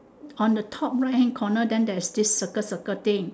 on the top right hand corner then there is this circle circle thing